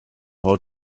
how